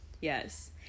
Yes